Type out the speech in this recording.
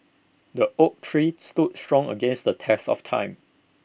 the oak tree stood strong against the test of time